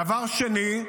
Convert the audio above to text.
דבר שני,